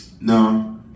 No